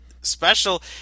special